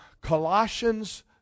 Colossians